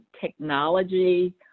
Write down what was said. technology